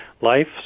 Life